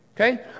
okay